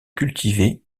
cultivé